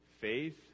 Faith